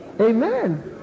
Amen